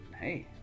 hey